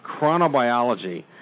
chronobiology